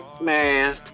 Man